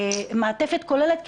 מעטפת כוללת,